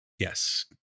Yes